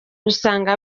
usanga